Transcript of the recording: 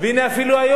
אפילו היום,